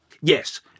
Yes